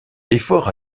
efforts